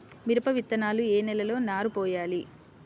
మిరప విత్తనాలు ఏ నెలలో నారు పోయాలి?